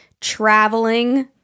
traveling